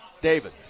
David